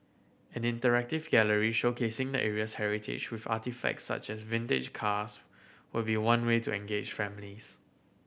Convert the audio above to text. an interactive gallery showcasing the area's heritage with artefacts such as vintage cars will be one way to engage families